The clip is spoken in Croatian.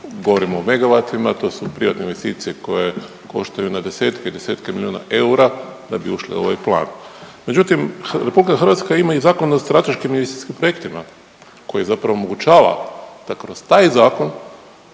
govorimo o megavatima, to su privatne investiicje koje koštaju na desetke i desetke milijuna eura, da bi ušle u ovaj plan. Međutim, RH ima i Zakon o strateškim investicijskim projektima koji zapravo omogućava da kroz taj Zakon